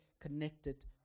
connected